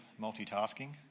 multitasking